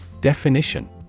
Definition